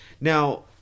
Now